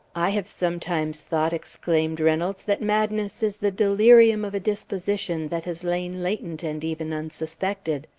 i have sometimes thought, exclaimed reynolds, that madness is the delirium of a disposition that has lain latent and even unsuspected.